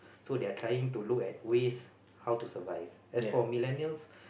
so they're trying to look at ways how to survive as for Millenials